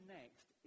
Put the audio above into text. next